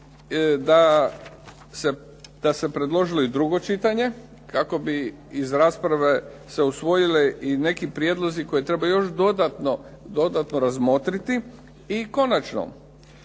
da se predložilo i drugo čitanje kako bi iz rasprave se usvojile i neki prijedlozi koje treba još dodatno razmotriti i konačno.